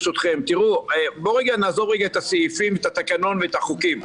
ברשותכם: בואו נעזוב רגע את הסעיפים ואת התקנון ואת החוקים,